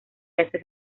hacia